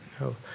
No